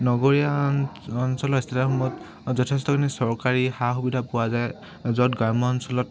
নগৰীয়া অন অঞ্চলৰ ষ্টেডিয়ামসমূহত যথেষ্টখিনি চৰকাৰী সা সুবিধা পোৱা যায় য'ত গ্ৰাম্য অঞ্চলত